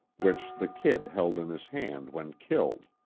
which the kid held in his hand when killed.